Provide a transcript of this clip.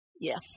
Yes